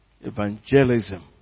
Evangelism